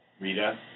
Rita